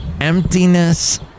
Emptiness